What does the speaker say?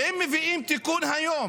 ואם מביאים תיקון היום,